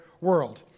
world